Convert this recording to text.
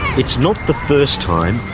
it's not the first time,